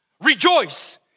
rejoice